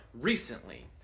recently